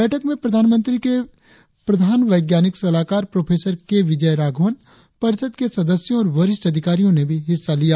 बैठक में प्रधानमंत्री के प्रधान वैज्ञानिक सलाहकार प्रोफेसर के विजय राघवन परिषद के सदस्यों और वरिष्ठ अधिकारियों ने भी हिस्सा लिया